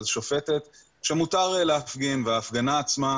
אז שופטת שמותר להפגין וההפגנה עצמה